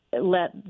let